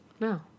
No